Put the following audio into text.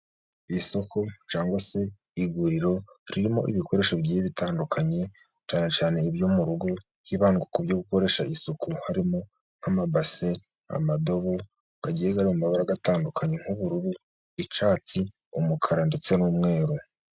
Isoko cyangwa se iguriro ririmo ibikoresho bigiye bitandukanye cyane cyane ibyo mu rugo, hibandwa ku byo gukoresha isuku harimo amabase, amadobo agiye ari mu mabara atandukanye nk'ubururu, icyatsi, umukara ndetse n'umweru.